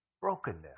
brokenness